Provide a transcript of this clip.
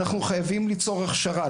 אנחנו חייבים ליצור הכשרה,